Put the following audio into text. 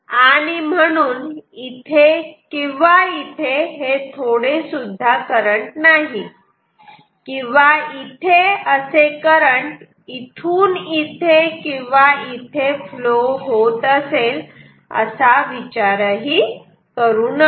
आणि म्हणून इथे किंवा इथे हे थोडे सुद्धा करंट नाही किंवा इथे असे करंट इथून इथे किंवा इथे फ्लो होत असेल असा विचारही करू नका